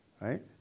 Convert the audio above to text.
right